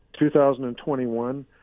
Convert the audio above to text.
2021